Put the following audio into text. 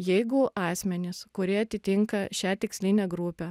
jeigu asmenys kurie atitinka šią tikslinę grupę